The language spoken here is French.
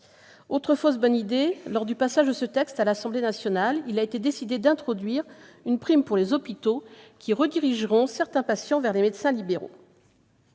Autre fausse bonne idée : à l'Assemblée nationale, il a été décidé d'introduire une prime pour les hôpitaux qui redirigeront certains patients vers des médecins libéraux.